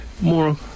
more